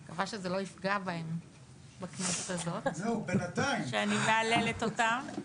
אני מקווה שזה לא יפגע בהם שאני מהללת אותם.